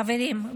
חברים,